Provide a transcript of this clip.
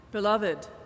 beloved